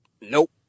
nope